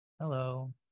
Hello